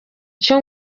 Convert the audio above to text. cyo